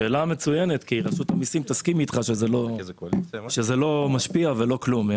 שאלה מצוינת כי רשות המיסים תסכים איתך שזה לא משפיע ולא כלום.